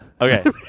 Okay